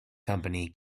company